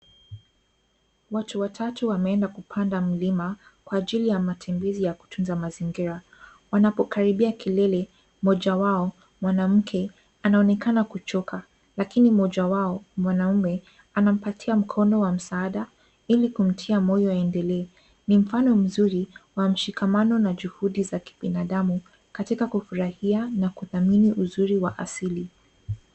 Watu watatu wameenda kupanda mlima kwa ajili ya matembezi ya kutunza mazingira, wanapokaribia kilele, mmoja wao, mwanamke anaonekana kuchoka, lakini mmoja wao, mwanaume, anampatia mkono wa msaada ili kumtia moyo aendelee. Ni mfano mzuri wa mshikamano na juhudi za kibinadamu katika kufurahia na kudhamini uzuri wa asili.